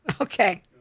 okay